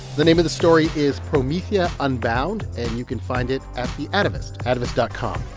the name of the story is promethea unbound, and you can find it at the atavist atavist dot com.